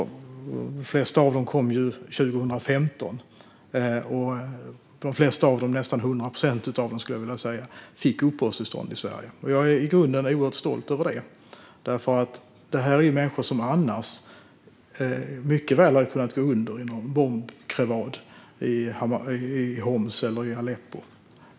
De flesta kom 2015, och nästan 100 procent fick uppehållstillstånd i Sverige. Jag är i grunden oerhört stolt över detta, för det är människor som annars mycket väl hade kunnat gå under i någon bombkrevad i Homs eller Aleppo.